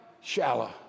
shallow